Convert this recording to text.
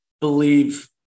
believe